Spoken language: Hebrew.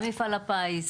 גם מפעל הפיס.